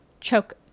choke